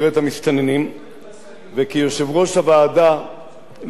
וכיושב-ראש הוועדה לבעיית העובדים הזרים